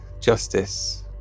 Justice